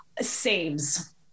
Saves